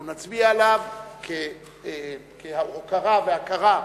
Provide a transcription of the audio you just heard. אנחנו נצביע עליו כהוקרה והכרה,